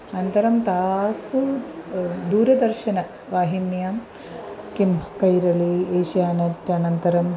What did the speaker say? अनन्तरं तासु दूरदर्शनवाहिन्यां किं कैरली एष्यानेट् अनन्तरं